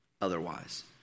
otherwise